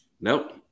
Nope